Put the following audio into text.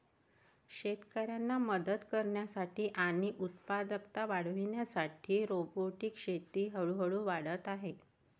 शेतकऱ्यांना मदत करण्यासाठी आणि उत्पादकता वाढविण्यासाठी रोबोटिक शेती हळूहळू वाढत आहे